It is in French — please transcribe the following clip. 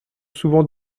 souvent